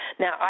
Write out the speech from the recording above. Now